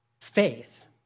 faith